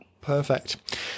perfect